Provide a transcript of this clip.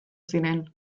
ziren